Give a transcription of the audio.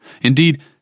Indeed